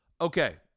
Okay